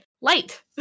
Light